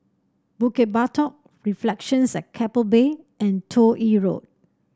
Bukit Batok Reflections at Keppel Bay and Toh Yi Road